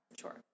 Sure